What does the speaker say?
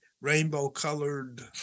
rainbow-colored